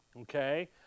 okay